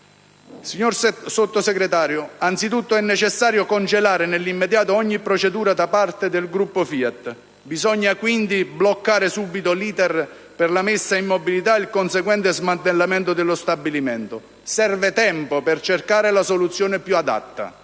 Signor Sottosegretario, anzitutto, è necessario congelare nell'immediato ogni procedura da parte del gruppo FIAT. Bisogna, quindi, bloccare subito l'*iter* per la messa in mobilità e il conseguente smantellamento dello stabilimento. Serve tempo per cercare la soluzione più adatta;